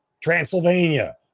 Transylvania